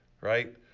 right